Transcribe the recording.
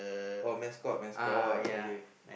oh mascot mascot okay